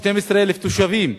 12,000 תושבים.